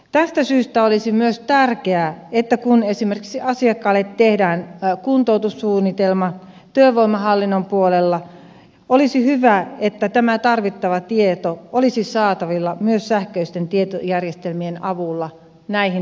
tästä syystä olisi myös tärkeää ja hyvä että kun esimerkiksi asiakkaalle tehdään kuntoutussuunnitelma työvoimahallinnon puolella tarvittava tieto olisi saatavilla myös sähköisten tietojärjestelmien avulla näihin toimipisteisiin